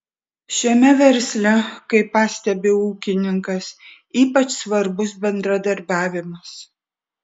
šiame versle kaip pastebi ūkininkas ypač svarbus bendradarbiavimas